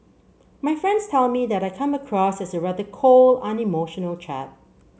my friends tell me that I come across as a rather cold unemotional chap